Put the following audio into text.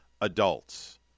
adults